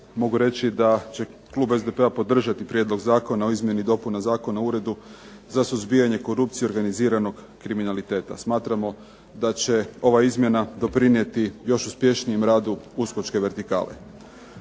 mogu reći da će klub SDP-a podržati prijedlog Zakona o izmjeni i dopuni Zakona o Uredu za suzbijanje korupcije i organiziranog kriminaliteta. Smatramo da će ova izmjena doprinijeti još uspješnijem radu USKOK-čke vertikale.